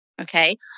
Okay